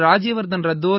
Rajyavardhan Rathore